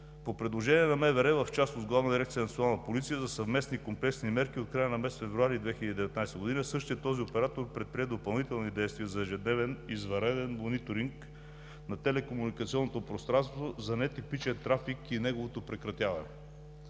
„Национална полиция“, за съвместни комплексни мерки от края на месец февруари 2019 г. същият този оператор предприе допълнителни действия за ежедневен, извънреден мониторинг на телекомуникационното пространство за нетипичен трафик и неговото прекратяване.